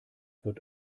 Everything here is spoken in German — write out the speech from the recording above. wird